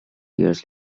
years